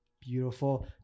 Beautiful